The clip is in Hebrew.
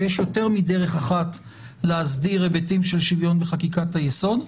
ויש יותר מדרך אחת להסדיר היבטים של שוויון בחקיקת היסוד.